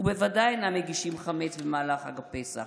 ובוודאי אינם מגישים חמץ במהלך חג הפסח,